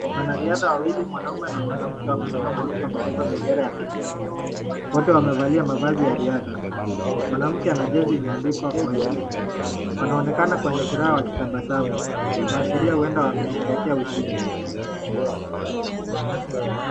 Wanariadha wawili mwanaume na mwanamke wamesimama wakiwa wamebeba bendera ya Kenya. Wote wamevalia mavazi ya riadha. Mwanamke ana jezi imeandikwa Koech. Wanaonekana kwenye furaha wakitabasamu. Inaashiria ueda wamesherehekea ushindi.